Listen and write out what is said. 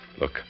Look